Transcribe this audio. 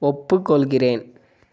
ஒப்புக்கொள்கிறேன்